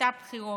הייתה בחירות.